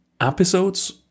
episodes